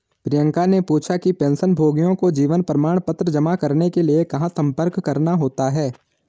प्रियंका ने पूछा कि पेंशनभोगियों को जीवन प्रमाण पत्र जमा करने के लिए कहाँ संपर्क करना होता है?